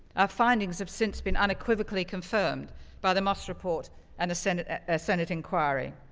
our findings have since been unequivocally confirmed by the master report and a senate senate inquiry.